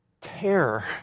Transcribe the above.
Terror